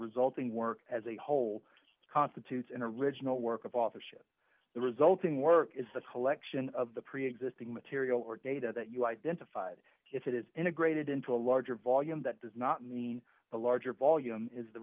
resulting work as a whole constitutes an original work of authorship the resulting work is the collection of the preexisting material or data that you identified if it is integrated into a larger volume that does not mean the larger volume is the